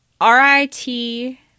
R-I-T